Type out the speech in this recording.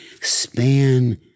span